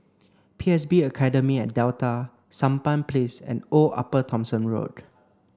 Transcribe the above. P S B Academy at Delta Sampan Place and Old Upper Thomson Road